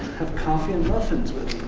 have coffee and muffins with